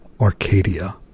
Arcadia